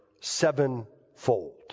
sevenfold